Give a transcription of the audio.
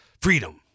freedom